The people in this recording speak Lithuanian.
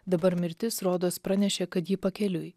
dabar mirtis rodos pranešė kad ji pakeliui